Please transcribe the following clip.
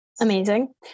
amazing